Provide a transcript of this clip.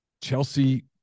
Chelsea